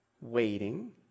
waiting